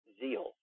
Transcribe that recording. zeal